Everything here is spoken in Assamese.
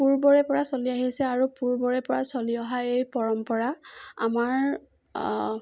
পূৰ্বৰেপৰা চলি আহিছে আৰু পূৰ্বৰেপৰাই চলি অহা এই পৰম্পৰা আমাৰ